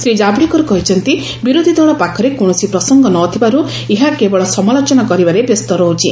ଶ୍ରୀ ଜାବ୍ଡେକର କହିଛନ୍ତି ବିରୋଧି ଦଳ ପାଖରେ କୌଣସି ପ୍ରସଙ୍ଗ ନ ଥିବାର୍ ଏହା କେବଳ ସମାଲୋଚନା କରିବାରେ ବ୍ୟସ୍ତ ରହିଛି